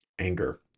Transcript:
Anger